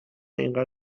اینقدر